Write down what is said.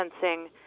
sensing